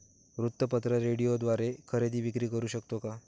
वृत्तपत्र, रेडिओद्वारे खरेदी विक्री करु शकतो का?